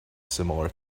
similar